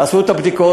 עשו את הבדיקות,